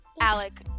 Alec